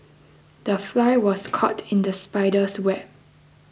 the fly was caught in the spider's web